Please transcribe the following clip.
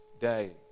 day